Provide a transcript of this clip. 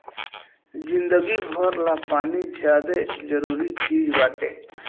जिंदगी भर ला पानी ज्यादे जरूरी चीज़ बाटे